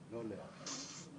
לגבי הסיפור של שרון,